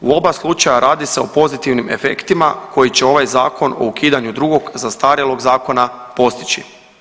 U oba slučaja radi se o pozitivnim efektima koji će ovaj zakon o ukidanju drugog zastarjelog zakona postići.